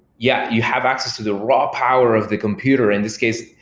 yeah, you have access to the raw power of the computer. in this case,